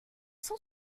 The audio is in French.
cent